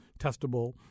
testable